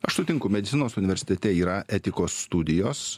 aš sutinku medicinos universitete yra etikos studijos